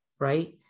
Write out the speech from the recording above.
Right